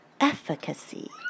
efficacy